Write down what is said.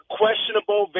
questionable